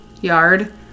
yard